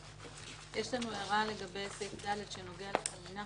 יש לנו הערה על סעיף (ד) שנוגע לחנינה.